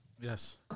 Yes